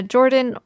Jordan